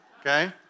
Okay